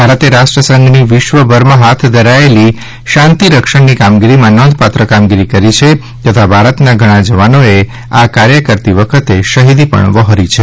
ભારતે રાષ્ટ્રસંઘની વિશ્વભરમાં હાથ ધરાયેલી શાંતિરક્ષણની કામગીરીમાં નોંધપાત્ર કામગીરી કરી છે તથા ભારતના ઘણાં જવાનોએ આ કાર્ય કરતી વખતે શહિદી પણ વહોરી છે